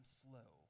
slow